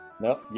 No